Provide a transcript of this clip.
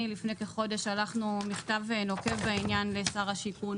לפני כחודש שלחנו מכתב נוקב בעניין לשר השיכון,